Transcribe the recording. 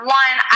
one